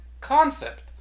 concept